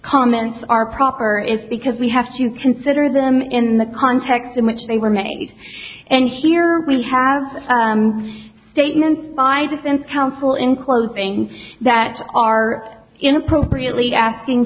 comments are proper is because we have to consider them in the context in which they were made and here we have statements by defense counsel in closing that are in appropriately asking